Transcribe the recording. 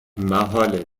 محاله